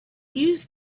use